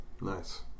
Nice